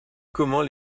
comment